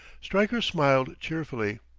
stryker smiled cheerfully.